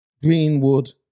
Greenwood